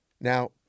Now